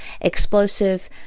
explosive